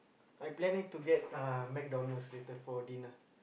I planning to get uh McDonald's later for dinner